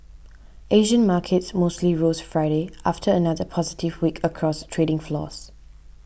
Asian markets mostly rose Friday after another positive week across trading floors